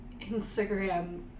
Instagram